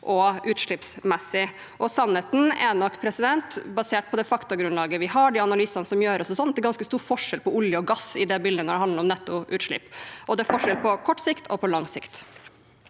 og utslippsmessig. Sannheten er nok, basert på det faktagrunnlaget vi har og de analysene som gjøres, at det er ganske stor forskjell på olje og gass i det bildet når det handler om netto utslipp, og det er forskjell på kort sikt og lang sikt.